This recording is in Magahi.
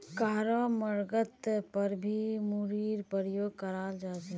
कहारो मर्गत पर भी मूरीर प्रयोग कराल जा छे